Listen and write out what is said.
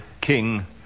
king